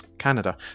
Canada